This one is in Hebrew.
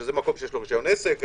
שזה מקום שיש לו רשיון עסק,